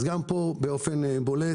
גם פה באופן בולט,